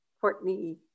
Courtney